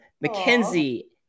Mackenzie